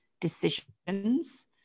decisions